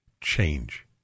Change